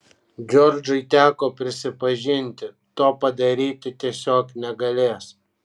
džordžai teko prisipažinti to padaryti tiesiog negalės